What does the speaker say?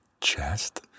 chest